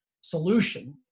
solution